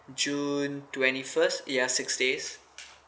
june twenty first ya six days